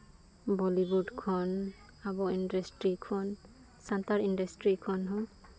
Bollywood ᱠᱷᱚᱱ ᱟᱵᱚ industry ᱠᱷᱚᱱ ᱥᱟᱱᱛᱟᱲᱤ ᱤᱱᱰᱟᱥᱴᱨᱤ ᱠᱷᱚᱱ ᱦᱚᱸ